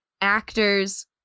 actors